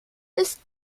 ist